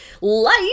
life